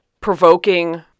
provoking